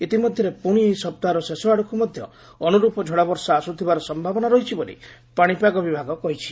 ଇତିମଧ୍ୟରେ ପୁଣି ଏହି ସପ୍ତାହର ଶେଷ ଆଡ଼କୁ ମଧ୍ୟ ଅନୁର୍ପ ଝଡ଼ବର୍ଷା ଆସୁଥିବାର ସମ୍ଭାବନା ରହିଛି ବୋଲି ପାଣିପାଗ ବିଭାଗ କହିଛି